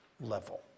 level